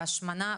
בהשמנה,